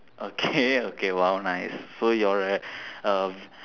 okay okay !wow! nice so you're a uh